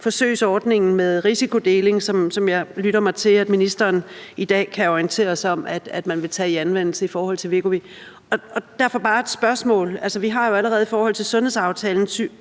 forsøgsordningen med risikodeling, som jeg lytter mig til at ministeren i dag kan orientere os om at man vil tage i anvendelse i forhold til Wegovy. Derfor har jeg bare et spørgsmål. Vi har jo allerede i forbindelse med sundhedsaftalen